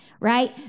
right